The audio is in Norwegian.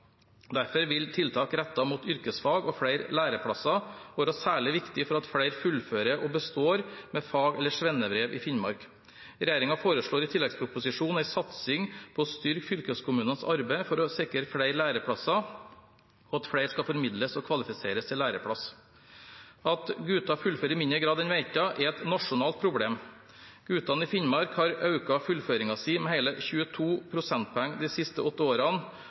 Derfor vil tiltak rettet mot yrkesfag og flere læreplasser være særlig viktig for at flere fullfører og består med fag- eller svennebrev i Finnmark. Regjeringen foreslår i tilleggsproposisjonen en satsing på å styrke fylkeskommunenes arbeid for å sikre flere læreplasser, og at flere skal formidles og kvalifiseres til læreplass. At gutter fullfører i mindre grad enn jenter, er et nasjonalt problem. Guttene i Finnmark har økt fullføringen sin med hele 22 prosentpoeng de siste åtte årene,